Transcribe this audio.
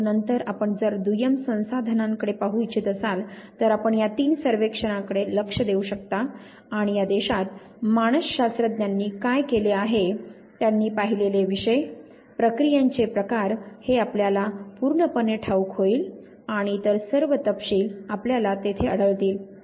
परंतु नंतर आपण जर दुय्यम संसाधनांकडे पाहू इच्छित असाल तर आपण या तीन सर्वेक्षणांकडे लक्ष देऊ शकता आणि या देशात मानस शास्त्रज्ञांनी काय केले आहे त्यांनी पाहिलेले विषय प्रक्रियांचे प्रकार हे आपल्याला पूर्णपणे ठाऊक होईल आणि इतर सर्व तपशील आपल्याला तेथे आढळतील